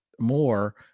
more